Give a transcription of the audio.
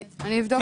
אני אבדוק.